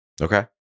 Okay